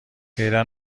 پیدا